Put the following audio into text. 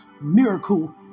miracle